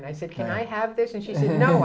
and i said can i have this and she said no